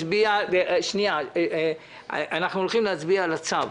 אנחנו הולכים להצביע על הצו